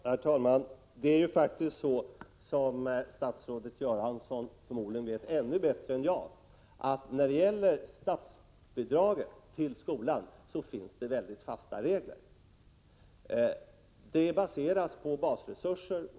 Herr talman! Det är faktiskt så, som statsrådet Göransson förmodligen vet ännu bättre än jag, att det finns väldigt fasta regler för statsbidraget till skolan. Det baseras på basresurser.